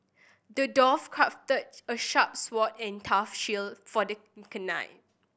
the dwarf crafted a sharp sword and tough shield for the knight